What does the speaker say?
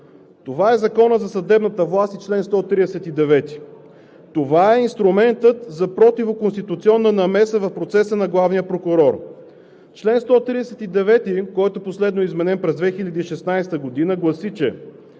Това е Законът за съдебната власт и чл. 139. Това е инструментът за противоконституционна намеса в процеса на главния прокурор. Член 139, който последно е изменен през 2016 г., гласи: